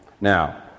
Now